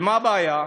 ומה הבעיה?